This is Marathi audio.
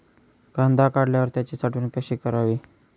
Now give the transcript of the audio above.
कांदा काढल्यावर त्याची साठवण कशी करावी?